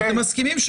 אנחנו מסכימים-